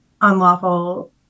unlawful